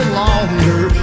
longer